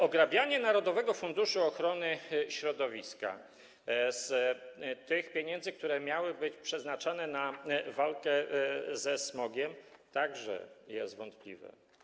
Ograbianie narodowego funduszu ochrony środowiska z tych pieniędzy, które miały być przeznaczane na walkę ze smogiem, także jest wątpliwe.